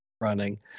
running